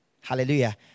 Hallelujah